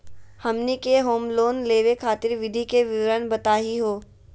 हमनी के home loan लेवे खातीर विधि के विवरण बताही हो?